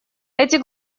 эти